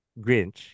Grinch